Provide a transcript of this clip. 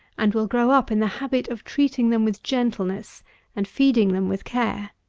and will grow up in the habit of treating them with gentleness and feeding them with care.